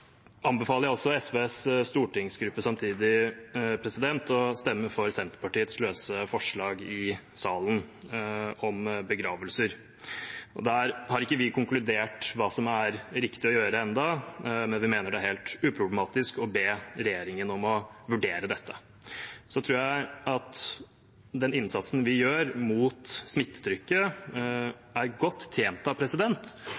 Jeg anbefaler samtidig SVs stortingsgruppe å stemme for Senterpartiets løse forslag om begravelser. Der har vi ennå ikke konkludert hva som er riktig å gjøre, men vi mener det er helt uproblematisk å be regjeringen om å vurdere dette. Jeg tror at den innsatsen vi gjør mot